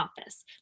office